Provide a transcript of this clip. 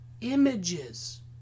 images